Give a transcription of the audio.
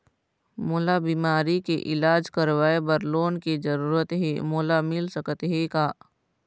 मोला बीमारी के इलाज करवाए बर लोन के जरूरत हे मोला मिल सकत हे का?